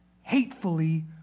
hatefully